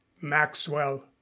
maxwell